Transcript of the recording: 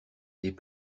des